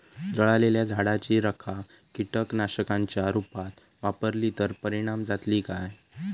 जळालेल्या झाडाची रखा कीटकनाशकांच्या रुपात वापरली तर परिणाम जातली काय?